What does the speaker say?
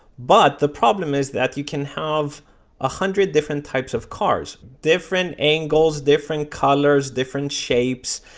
but the problem is that you can have a hundred different types of cars different angles, different colors, different shapes,